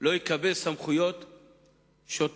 לא יקבל סמכויות שוטר.